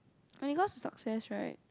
when it comes to success right